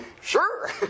Sure